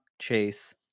chase